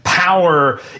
Power